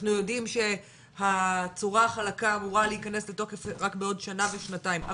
אנחנו יודעים שהצורה החלקה אמורה להיכנס התוקף רק בעוד שנה ושנתיים,